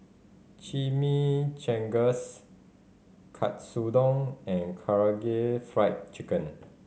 Chimichangas Katsudon and Karaage Fried Chicken